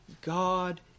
God